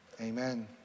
Amen